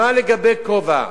מה לגבי כובע?